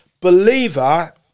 believer